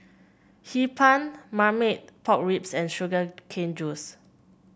Hee Pan Marmite Pork Ribs and Sugar Cane Juice